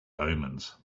omens